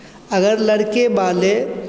अगर लड़के वाले